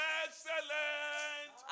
excellent